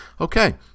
okay